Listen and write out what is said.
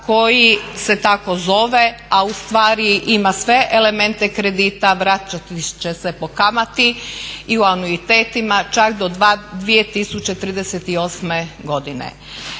koji se tako zove, a ustvari ima sve elemente kredita, vraćati će se po kamati i u anuitetima čak do 2038. godine.